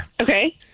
Okay